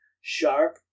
sharp